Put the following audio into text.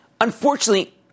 Unfortunately